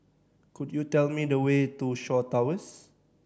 could you tell me the way to Shaw Towers